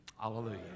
Hallelujah